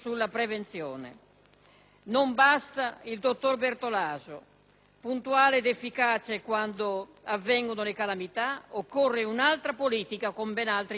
Non basta il dottor Bertolaso, puntuale ed efficace quando avvengono le calamità; occorre un'altra politica, con ben altri investimenti.